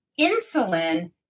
insulin